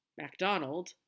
MacDonald